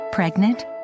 Pregnant